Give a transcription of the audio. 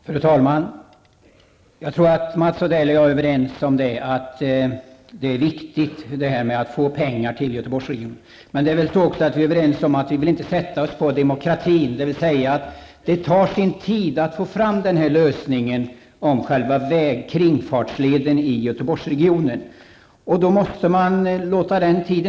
Fru talman! Jag tror att Mats Odell och jag är överens om att det är viktigt att Göteborgsregionen får pengar, men vi är också överens om att man inte får sätta sig på demokratin. Det tar nämligen sin tid att få fram lösningen beträffande själva kringfartsleden i Göteborgsregionen. Det måste få ta sin tid.